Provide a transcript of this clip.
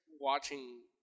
watching